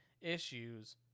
issues